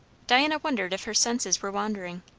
diana wondered if her senses were wandering.